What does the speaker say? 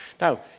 Now